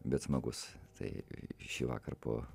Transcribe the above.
bet smagus tai šįvakar po